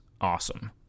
awesome